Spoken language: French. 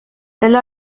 elle